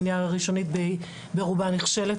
מניעה ראשונית ברובה נכשלת,